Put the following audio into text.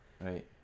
right